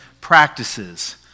practices